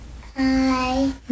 hi